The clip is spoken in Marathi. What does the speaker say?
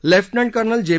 लेफ्टनंट कर्नल जे